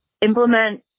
implement